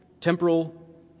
temporal